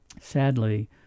sadly